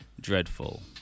Dreadful